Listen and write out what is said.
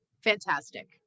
Fantastic